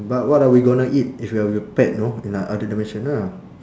but what are we gonna eat if we are we are pet know in a other dimension ah